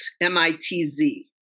M-I-T-Z